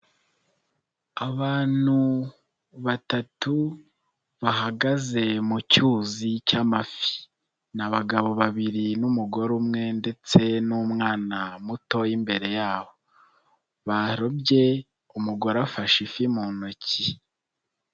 Abantu batatu bahagaze mu cyuzi cy'amafi, ni abagabo babiri n'umugore umwe ndetse n'umwana mutoya imbere yaho, barobye umugore afashe ifi mu ntoki.